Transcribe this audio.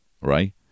Right